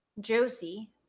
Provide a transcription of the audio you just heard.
Josie